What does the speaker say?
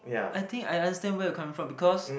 I think I understand where you coming from because